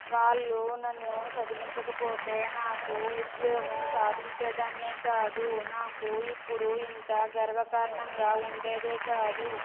వాళ్ళు నన్ను సదివించకపోతే నాకు ఉద్యోగం సాధించేదాన్నే కాదు నాకు ఇప్పుడు ఇంత గర్వకారణంగా ఉండేదే కాదు